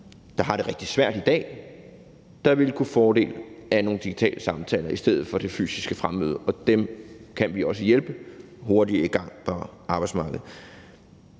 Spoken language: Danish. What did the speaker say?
der har det rigtig svært i dag, som ville kunne have fordel af nogle digitale samtaler i stedet for det fysiske fremmøde. Og dem kan vi også hjælpe hurtigere i gang på arbejdsmarkedet.